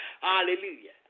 Hallelujah